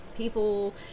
people